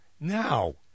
Now